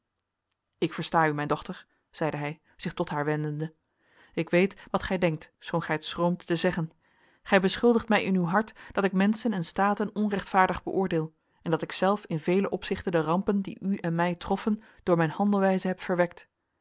ik versta u mijn dochter zeide hij zich tot haar wendende ik weet wat gij denkt schoon gij het schroomt te zeggen gij beschuldigt mij in uw hart dat ik menschen en staten onrechtvaardig beoordeel en dat ikzelf in vele opzichten de rampen die u en mij troffen door mijn handelwijze heb verwekt